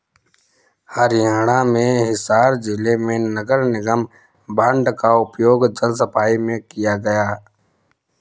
हरियाणा में हिसार जिले में नगर निगम बॉन्ड का उपयोग जल सफाई में किया गया